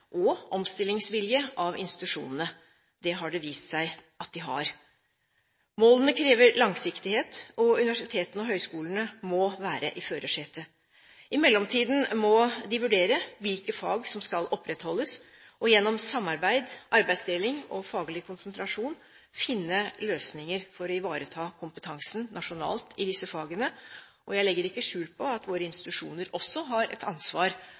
og omstillingsvilje av institusjonene. Det har det vist seg at de har. Målene krever langsiktighet, og universitetene og høyskolene må være i førersetet. I mellomtiden må de vurdere hvilke fag som skal opprettholdes, og gjennom samarbeid, arbeidsdeling og faglig konsentrasjon finne løsninger for å ivareta kompetansen nasjonalt i disse fagene. Jeg legger ikke skjul på at våre institusjoner også har et ansvar